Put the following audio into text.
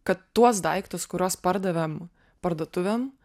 kad tuos daiktus kuriuos pardavėm parduotuvėm